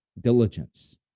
diligence